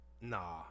Nah